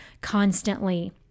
constantly